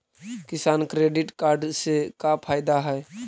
किसान credit card से का फायदा है?